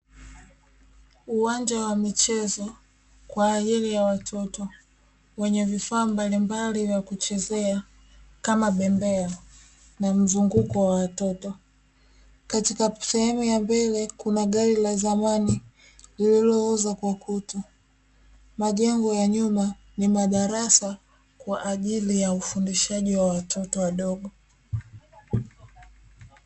Uwanja wa michezo kwajili ya watoto wenye vifaa mbalimbali vya kuchezea kama bembea na mzunguko wa watoto, katika sehemu ya mbele kuna gari la zamani liliooza kwa kutu majengo ya nyuma ni madarasa kwajili ya ufundishaji wa watoto wadogo.